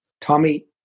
Tommy